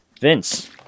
Vince